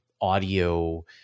audio